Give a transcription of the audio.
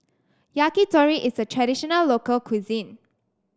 Yakitori is a traditional local cuisine